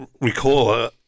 recall